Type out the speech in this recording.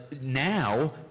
now